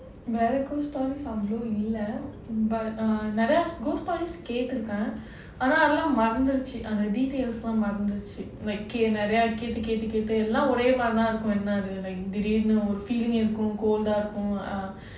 வேற:vera ghost stories லாம் அவ்ளோ இல்ல:laam avlo illa but நெறய:neraya ghost stories கேட்டுருக்கேன் ஆனா அதெல்லாம் மறந்திருச்சு அந்த:keturukkaen aanaa athellaam maranthiruchu antha details எல்லாம் மறந்திருச்சு:ellaam maranthuruchu like நெறய கேட்டு கேட்டு எல்லாம் ஒரே மாதிரி தா இருக்கும் என்னது திடிர்னு:neraya kettu kettu ellaam orae maathiri thaa irukum ennathu tidirnu feelings ah இருக்கும்:irukkum cold ah இருக்கும்:irukkum